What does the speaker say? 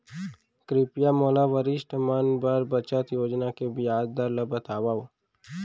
कृपया मोला वरिष्ठ मन बर बचत योजना के ब्याज दर ला बतावव